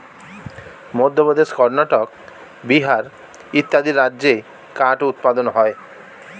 মধ্যপ্রদেশ, কর্ণাটক, বিহার ইত্যাদি রাজ্যে কাঠ উৎপাদন হয়